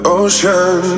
ocean